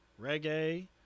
reggae